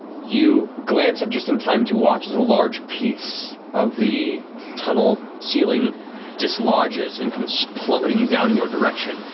you glance up just in time to watch as a large piece of the tunnel ceiling dislodges and comes plummeting down in your direction.